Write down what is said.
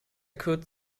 could